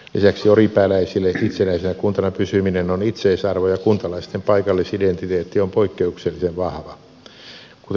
lisäksi oripääläisille itsenäisenä kuntana pysyminen on itseisarvo ja kuntalaisten paikallisidentiteetti on poikkeuksellisen vahva